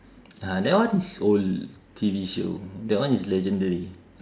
ah that one is old T_V show that one is legendary